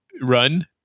run